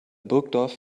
burgdorf